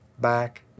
back